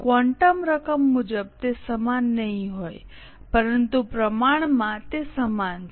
quantum રકમ મુજબ તે સમાન નહીં હોય પરંતુ પ્રમાણમાં તે સમાન છે